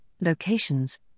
locations